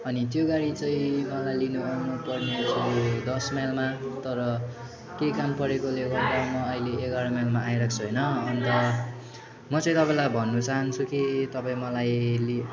अनि त्यो गाडी चाहिँ मलाई लिनु आउनु पर्ने थियो दस माइलमा तर केही काम परेकोले गर्दा म अहिले एघार माइलमा आइरहेको छु होइन अन्त म चाहिँ तपाईँलाई भन्नु चहान्छु कि तपाईँ मलाई लि